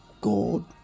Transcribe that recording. God